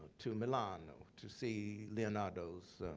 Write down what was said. to milan to see leonardo's